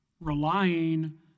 relying